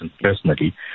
personally